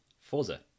Forza